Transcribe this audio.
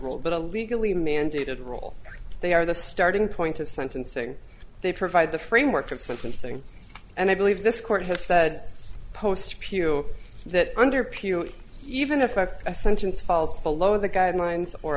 rule but a legally mandated rule they are the starting point of sentencing they provide the framework of sentencing and i believe this court has said post pew that under pew even if i have a sentence falls below the guidelines or